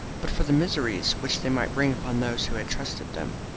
but for the miseries which they might bring upon those who had trusted them.